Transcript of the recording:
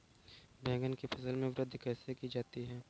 बैंगन की फसल में वृद्धि कैसे की जाती है?